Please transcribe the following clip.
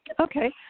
Okay